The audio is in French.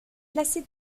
placée